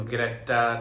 Greta